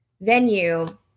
venue